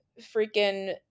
freaking